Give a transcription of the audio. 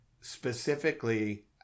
specifically